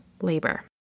labor